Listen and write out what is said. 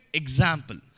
example